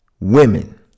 women